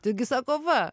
taigi sako va